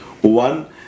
One